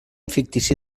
fictici